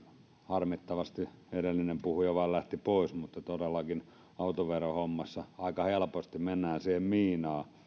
harmittavasti edellinen puhuja vain lähti pois todellakin autoverohommassa aika helposti mennään siihen miinaan